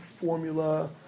formula